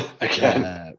again